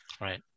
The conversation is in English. Right